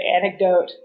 anecdote